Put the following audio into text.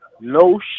No